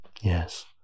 Yes